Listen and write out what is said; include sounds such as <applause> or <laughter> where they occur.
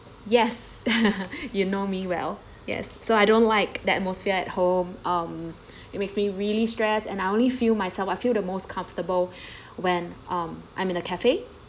yes <laughs> you know me well yes so I don't like the atmosphere at home um it makes me really stressed and I only feel myself I feel the most comfortable <breath> when um I'm in a cafe